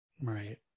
right